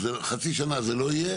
חצי שנה זה לא יהיה